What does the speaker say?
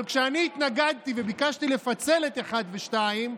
אבל כשאני התנגדתי וביקשתי לפצל את 1 ו-2,